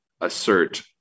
assert